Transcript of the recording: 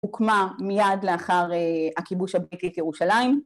‫הוקמה מיד לאחר ‫הכיבוש הבריטי את ירושלים.